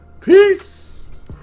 peace